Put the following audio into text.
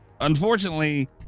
Unfortunately